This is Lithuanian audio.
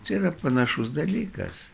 čia yra panašus dalykas